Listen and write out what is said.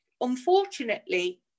unfortunately